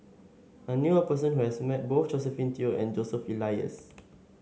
I knew a person who has met both Josephine Teo and Joseph Elias